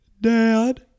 Dad